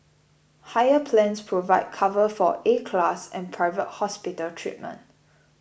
higher plans provide cover for A class and private hospital treatment